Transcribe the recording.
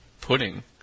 pudding